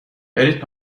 برید